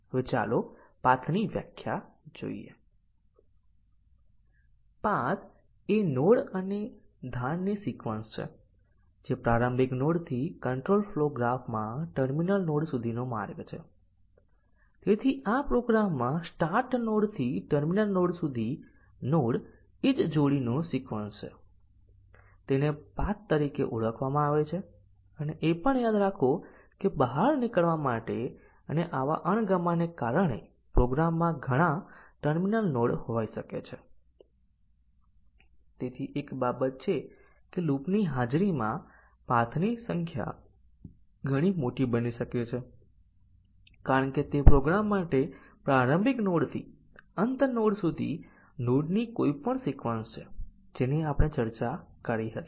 હવે ચાલો જોઈએ કે મલ્ટિપલ કંડિશન કવરેજ કેવી રીતે આપણને સંપૂર્ણતા પ્રાપ્ત કરવામાં મદદ કરી શકે છે માફ કરશો MC DC કવરેજ પ્રાપ્ત કરી શકે છે ટેસ્ટીંગ ના કેસની સંખ્યાત્મક સંખ્યાની જરૂરિયાત વિના મલ્ટીપલ કન્ડીશન કવરેજની સંપૂર્ણતા પ્રાપ્ત કરવામાં મદદ કરે છે